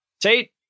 Tate